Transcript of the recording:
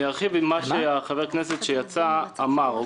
ארחיב על מה שחבר הכנסת יזהר שי אמר.